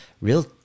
real